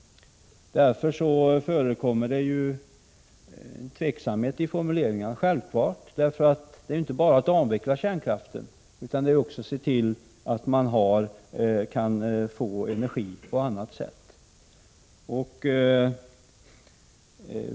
Därför förekommer det tveksamhet i formuleringarna. Det är inte så enkelt som att bara avveckla kärnkraften, utan man måste också se till att det går att skaffa energi på annat sätt.